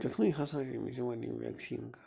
تِتھُے ہسا چھِ أمس یِوان یہِ ویٚکسیٖن کرنہٕ